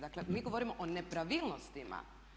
Dakle, mi govorimo o nepravilnostima.